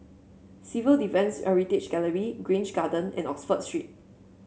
Civil Defence Heritage Gallery Grange Garden and Oxford Street